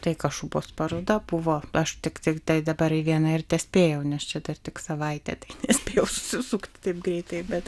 tai kašubos paroda buvo aš tik tiktai dabar į vieną ir tespėjau nes čia dar tik savaitė nespėjau susukti taip greitai bet